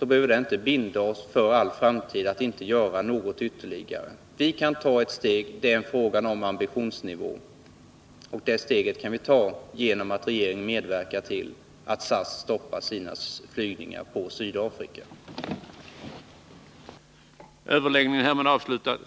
behöver inte binda oss för all framtid så att vi inte gör något ytterligare. Vi kan ta ett steg till — det är en fråga om ambitionsnivå. Det steget kan vi ta genom att Nr 30 regeringen medverkar till att SAS stoppar sina flygningar på Sydafrika. Fredagen den e 16 november 1979 Överläggningen var härmed avslutad. Om regeringens